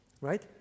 right